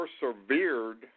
persevered